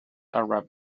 arab